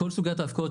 כל סוגיית ההפקעות,